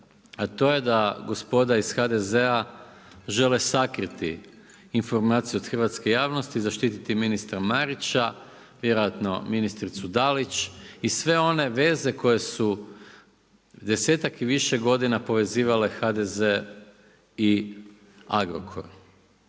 a to je da gospoda iz HDZ-a žele sakriti informaciju od hrvatske javnosti, zaštiti ministra Marića, vjerojatno ministricu Dalić i sve one veze koje su 10-ak i više godina povezivale HDZ i Agrokor.